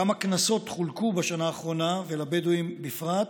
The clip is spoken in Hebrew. כמה קנסות חולקו בשנה האחרונה, ולבדואים בפרט?